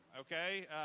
okay